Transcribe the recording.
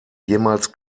jemals